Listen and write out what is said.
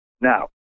Now